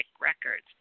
records